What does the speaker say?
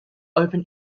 open